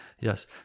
Yes